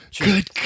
good